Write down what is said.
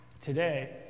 today